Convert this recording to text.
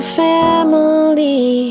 family